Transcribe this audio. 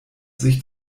sich